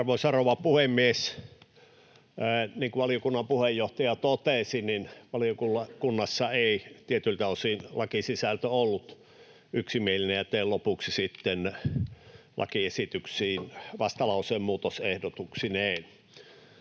Arvoisa rouva puhemies! Niin kuin valiokunnan puheenjohtaja totesi, valiokunnassa ei lain sisältö ollut tietyiltä osin yksimielinen, ja teen lopuksi sitten lakiesityksiin vastalauseen muutosehdotuksineen.